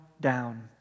down